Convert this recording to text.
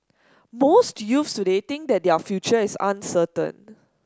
most youths today think that their future is uncertain